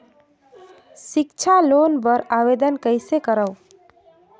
सिक्छा लोन बर आवेदन कइसे करव?